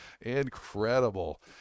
Incredible